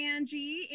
Angie